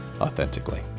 authentically